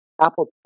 Apple